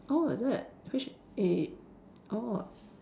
oh is it which eh oh